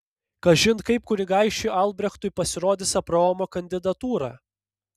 kažin kaip kunigaikščiui albrechtui pasirodys abraomo kandidatūra